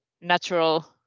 natural